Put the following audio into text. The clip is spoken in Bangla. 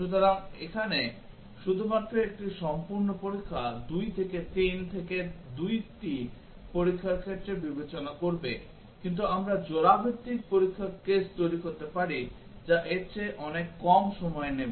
সুতরাং এখানে শুধুমাত্র একটি সম্পূর্ণ পরীক্ষা 2 থেকে 3 থেকে 2 টি পরীক্ষার ক্ষেত্রে বিবেচনা করবে কিন্তু আমরা জোড়া ভিত্তিক পরীক্ষার কেস তৈরি করতে পারি যা এর চেয়ে অনেক কম সময় নেবে